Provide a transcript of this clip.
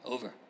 Over